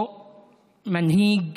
או מנהיג